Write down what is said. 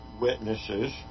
witnesses